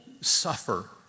suffer